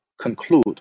conclude